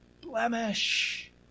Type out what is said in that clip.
blemish